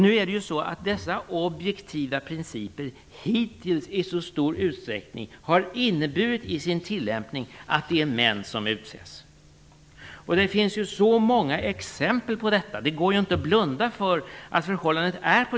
Nu har dessa objektiva principer hittills i stor utsträckning inneburit i sin tillämpning att det är män som utses. Det finns så många exempel på detta. Det går inte att blunda för att det är förhållandet.